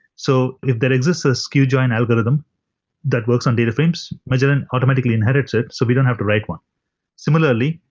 so if there exists a skew joint algorithm that works on data frames, magellan automatically inherits it so we don't have to write one similarly,